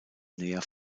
näher